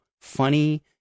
funny